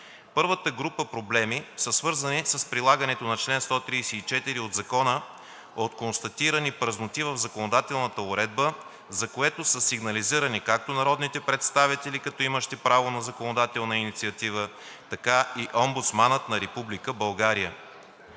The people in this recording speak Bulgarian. Първата група проблеми са свързани с прилагането на чл. 134 от Закона от констатирани празноти в законодателната уредба, за което са сигнализирани както народните представители като имащи право на законодателна инициатива, така и Омбудсманът на Република България.